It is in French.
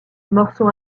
morceau